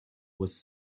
was